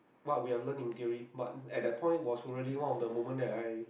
what we are learn in theory but at that point was really one of the moment that I